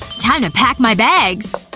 time to pack my bags.